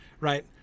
right